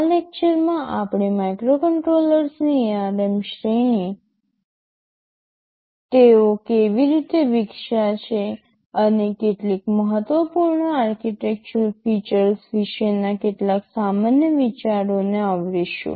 આ લેક્ચરમાં આપણે માઇક્રોકન્ટ્રોલર્સની ARM શ્રેણી તેઓ કેવી રીતે વિકસ્યા છે અને કેટલીક મહત્વપૂર્ણ આર્કિટેક્ચરલ ફીચર્સ વિશેના કેટલાક સામાન્ય વિચારોને આવરીશું